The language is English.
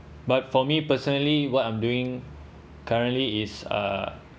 but for me personally what I'm doing currently is uh